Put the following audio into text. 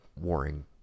warring